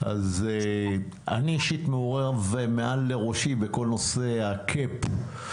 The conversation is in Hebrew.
אז אני אישית מעורב מעל לראשי בכל נושא הקפ.